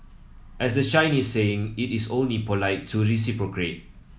as the Chinese saying it is only polite to reciprocate